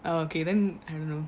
okay then I don't know